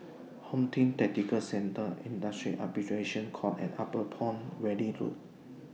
Home Team Tactical Centre Industrial Arbitration Court and Upper Palm Valley Road